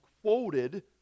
quoted